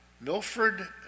Milford